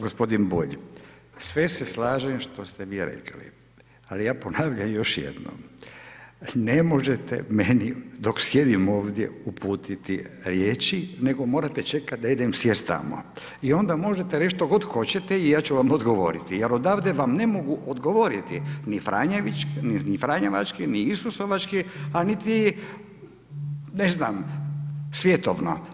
Gospodin Bulj, sve se slažem što ste vi rekli, ali ja ponavljam još jednom, ne možete meni dok sjedim ovdje uputiti riječi nego morate čekati da idem sjesti tamo i onda možete reći što god hoćete i ja ću vam odgovoriti jer odavde vam ne mogu odgovoriti, ni franjevački ni isusovački a niti ne znam, svjetovno.